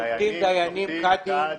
שופטים, דיינים, קאדים.